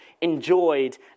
enjoyed